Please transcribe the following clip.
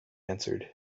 answered